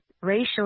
racial